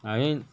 ya I mean